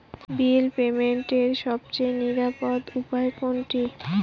বিল পেমেন্টের সবচেয়ে নিরাপদ উপায় কোনটি?